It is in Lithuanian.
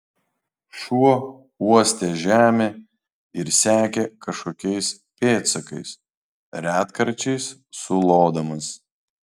šuo uostė žemę ir sekė kažkokiais pėdsakais retkarčiais sulodamas